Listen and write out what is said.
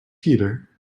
peter